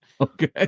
okay